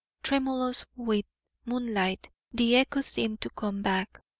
tremulous with moonlight, the echo seemed to come back